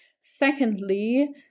Secondly